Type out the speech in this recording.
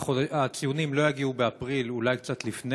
שהציונים לא יגיעו באפריל אלא אולי קצת לפני?